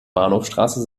bahnhofsstraße